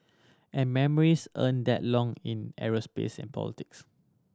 and memories aren't that long in aerospace and politics